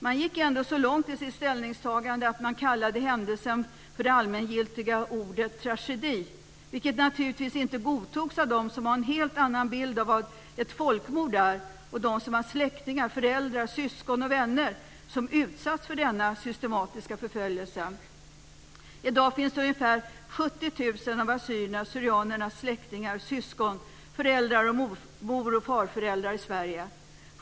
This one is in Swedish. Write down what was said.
Man gick ändå så långt i sitt ställningstagande att man använde det allmängiltiga ordet "tragedi" om händelsen, vilket naturligtvis inte godtogs av dem som har en helt annan bild av vad ett folkmord är och som har släktingar, föräldrar, syskon och vänner som utsatts för denna systematiska förföljelse. I dag finns ungefär 70 000 av assyrierna/syrianernas släktingar - syskon, föräldrar, moroch farföräldrar - i Sverige.